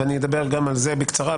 ואני אדבר גם על זה בקצרה,